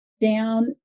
down